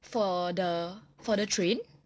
for the for the train